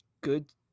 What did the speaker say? good